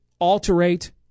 alterate